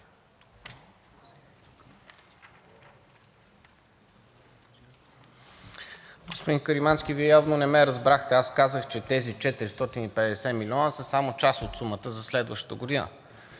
Господин Каримански, Вие явно не ме разбрахте. Аз казах, че тези 450 милиона са само част от сумата за следващата година.